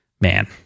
man